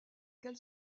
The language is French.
quelle